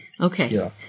Okay